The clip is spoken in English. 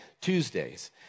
Tuesdays